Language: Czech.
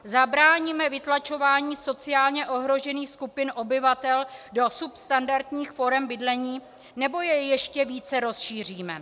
Zabráníme vytlačování sociálně ohrožených skupin obyvatel do substandardních forem bydlení, nebo je ještě více rozšíříme?